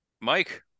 Mike